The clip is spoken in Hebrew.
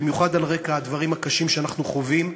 במיוחד על רקע הדברים הקשים שאנחנו חווים,